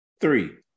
three